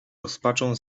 rozpaczą